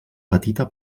petita